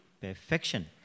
perfection